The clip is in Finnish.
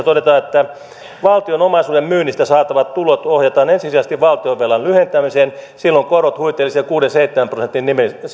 todetaan että valtion omaisuuden myynnistä saatavat tulot ohjataan ensisijaisesti valtionvelan lyhentämiseen silloin korot huitelivat siellä kuuden viiva seitsemän prosentin